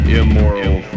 immoral